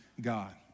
God